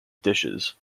dishes